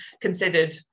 considered